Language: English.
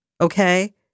Okay